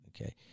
Okay